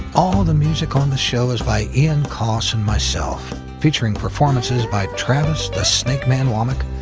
all the music on the show is by ian coss and myself, featuring performances by travis the snakeman wammack,